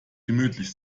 gemütlich